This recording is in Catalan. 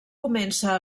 comença